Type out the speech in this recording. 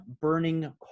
burning